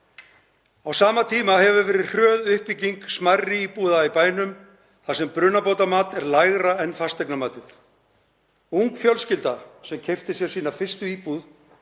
Á sama tíma hefur verið hröð uppbygging smærri íbúða í bænum þar sem brunabótamat er lægra en fasteignamatið. Ung fjölskylda sem keypti sér sína fyrstu íbúð